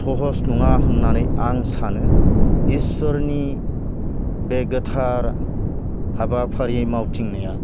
सहस नङा होननानै आं सानो इसोरनि बे गोथार हाबाफारि मावथिंनाया